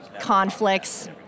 conflicts